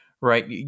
right